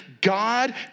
God